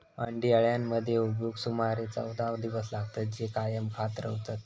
अंडी अळ्यांमध्ये उबवूक सुमारे चौदा दिवस लागतत, जे कायम खात रवतत